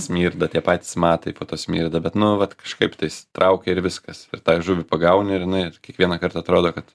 smirda tie patys matai po to smirda bet nu vat kažkaip tais traukia ir viskas ir tą žuvį pagauni ir jinai kiekvienąkart atrodo kad